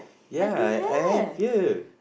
ya I I have you